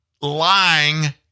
lying